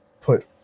put